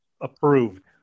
approved